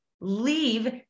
leave